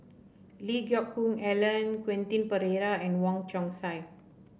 Lee Geck Hoon Ellen Quentin Pereira and Wong Chong Sai